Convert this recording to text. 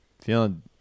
Feeling